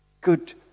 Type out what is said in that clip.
good